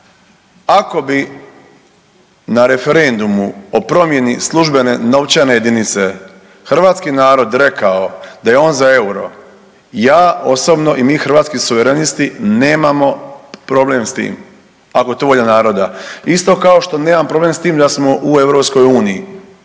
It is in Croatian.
ako bi na referendumu o promjeni službene novčane jedinice hrvatski narod rekao da je on za EUR-o ja osobno i mi Hrvatski suverenisti nemamo problem s tim, ako je to volja naroda. Isto kao što nemam problem s tim da smo u EU